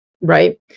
Right